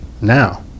now